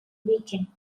weekend